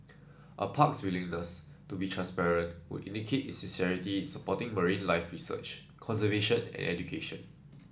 a park's willingness to be transparent would indicate its sincerity in supporting marine life research conservation and education